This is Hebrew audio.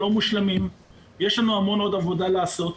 מושלמים ויש לנו עוד המון עבודה לעשות.